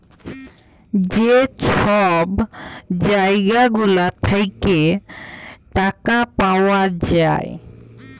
যে ছব জায়গা গুলা থ্যাইকে টাকা পাউয়া যায়